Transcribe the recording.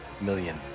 million